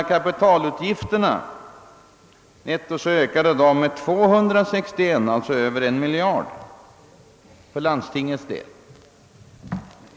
Kapitalutgifterna ökade med 261 miljoner. Det blev alltså sammanlagt över 1 miljard för landstingens del.